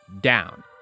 down